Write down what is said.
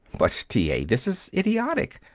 but, t. a! this is idiotic!